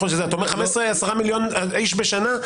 אתה אומר 15-10 מיליון איש בשנה?